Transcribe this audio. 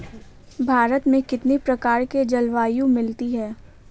भारत में कितनी प्रकार की जलवायु मिलती है?